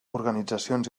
organitzacions